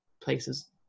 places